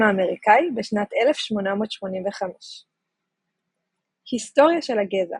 האמריקאי בשנת 1885. היסטוריה של הגזע